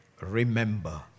remember